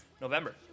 november